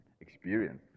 experience